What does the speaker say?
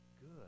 good